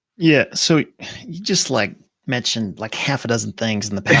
yeah, so, you just like mentioned like half a dozen things in the past